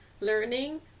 learning